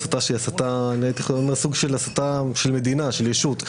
זו הסתה שהיא סוג של הסתה של מדינה, של ישות.